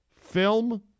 film